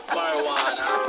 Marijuana